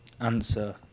answer